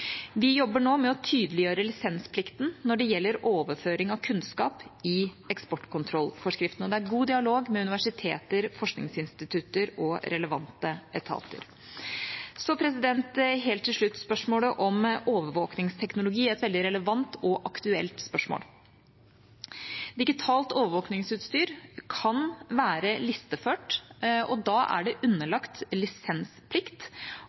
Vi jobber nå med å tydeliggjøre lisensplikten når det gjelder overføring av kunnskap i eksportkontrollforskriften, og det er god dialog med universiteter, forskningsinstitutter og relevante etater. Helt til slutt til spørsmålet om overvåkningsteknologi – et veldig relevant og aktuelt spørsmål: Digitalt overvåkningsutstyr kan være listeført, og da er det